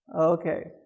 Okay